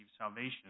salvation